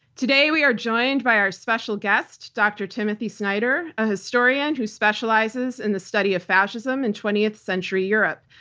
today, we are joined by our special guest, dr. timothy snyder, a historian who specializes in the study of fascism in twentieth century europe.